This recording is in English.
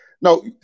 No